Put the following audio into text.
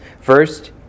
First